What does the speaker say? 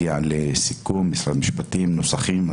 הגיעה לסיכום עם משרד המשפטים לגבי נוסחים.